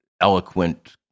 eloquent